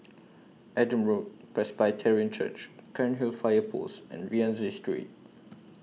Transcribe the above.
Adam Road Presbyterian Church Cairnhill Fire Post and Rienzi Street